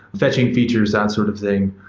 fetching features, that sort of thing.